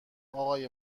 آقای